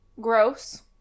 Gross